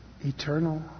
eternal